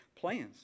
plans